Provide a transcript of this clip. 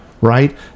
Right